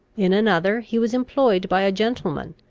in another, he was employed by a gentleman,